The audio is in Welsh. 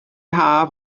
haf